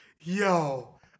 yo